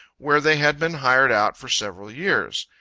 where they had been hired out for several years.